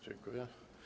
Dziękuję.